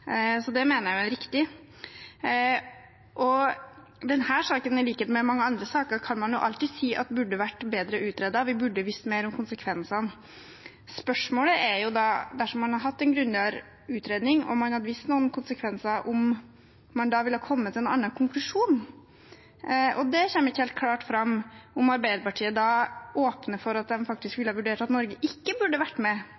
saken, i likhet med mange andre saker, kan man jo alltid si burde vært bedre utredet. Vi burde visst mer om konsekvensene. Spørsmålet er, dersom man har hatt en grundigere utredning og visst noe om konsekvensene, om man ville kommet til en annen konkusjon. Det kommer ikke helt klart fram om Arbeiderpartiet åpner for at de ville ha vurdert det slik at Norge ikke burde vært med